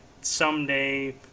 someday